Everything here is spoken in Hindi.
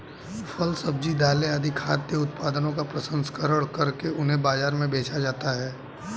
फल, सब्जी, दालें आदि खाद्य उत्पादनों का प्रसंस्करण करके उन्हें बाजार में बेचा जाता है